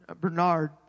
Bernard